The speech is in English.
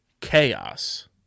Chaos